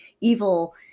evil